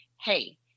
hey